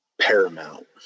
paramount